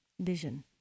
vision